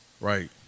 Right